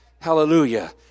Hallelujah